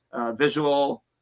visual